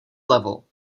level